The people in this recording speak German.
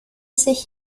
sich